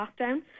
lockdown